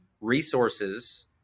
resources